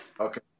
Okay